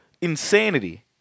insanity